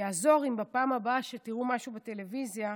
יעזור אם בפעם הבאה שתראו משהו בטלוויזיה,